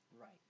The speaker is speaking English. Right